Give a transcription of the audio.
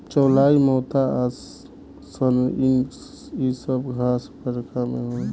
चौलाई मोथा आ सनइ इ सब घास बरखा में होला